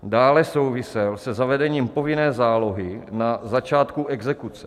Dále souvisel se zavedením povinné zálohy na začátku exekuce.